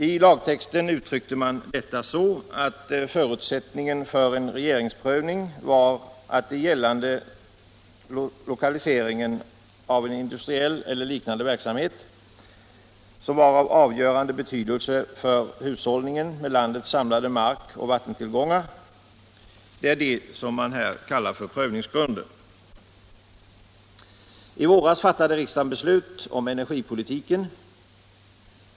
I lagtexten uttryckte man detta så, att förutsättningen för en rege 151 ringsprövning var att det gällde lokaliseringen av en industriell eller liknande verksamhet som var av avgörande betydelse för hushållningen med landets samlade markoch vattentillgångar. Detta är vad man här kallar prövningsgrunden. I våras fattade riksdagen beslut om energipolitiken.